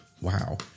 Wow